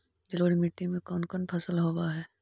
जलोढ़ मट्टी में कोन कोन फसल होब है?